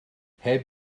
heb